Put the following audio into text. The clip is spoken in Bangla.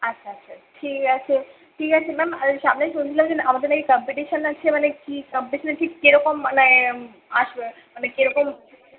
আচ্ছা আচ্ছা ঠিক আছে ঠিক আছে ম্যাম আর ওই সামনের শনিবার দিন আমাদের বাড়ি কম্পিটিশন আছে মানে কী কম্পিটিশনে ঠিক কিরকম মানে আসবে মানে কিরকম